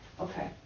okay